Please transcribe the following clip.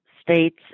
states